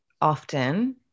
often